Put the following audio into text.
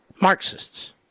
Marxists